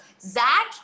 Zach